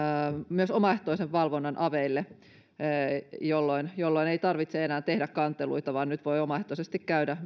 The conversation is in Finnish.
myös omaehtoisen valvonnan aveille jolloin ei tarvitse enää tehdä kanteluita vaan voi myös omaehtoisesti käydä